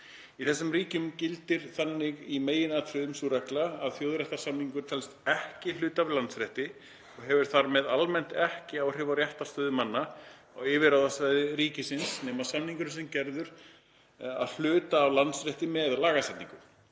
Í þessum ríkjum gildir þannig í meginatriðum sú regla að þjóðréttarsamningur telst ekki hluti af landsrétti og hefur þar með almennt ekki áhrif á réttarstöðu manna á yfirráðasvæði ríkisins nema samningurinn sé gerður að hluta af landsrétti með lagasetningu.